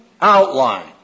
outline